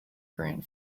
grant